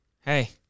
Hey